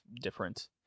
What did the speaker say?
different